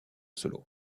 solo